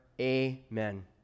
Amen